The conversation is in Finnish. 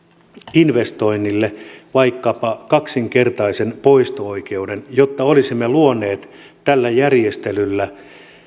investoinneille vaikkapa kaksinkertaisen poisto oikeuden jotta olisimme luoneet tällä järjestelyllä